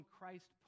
Christ